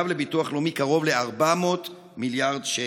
האוצר חייב לביטוח לאומי קרוב ל-400 מיליארד שקל.